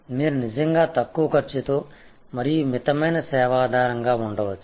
మీరు నిజంగా తక్కువ ఖర్చుతో మరియు మితమైన సేవ ఆధారంగా ఉంచవచ్చు